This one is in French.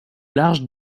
large